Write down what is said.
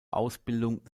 ausbildung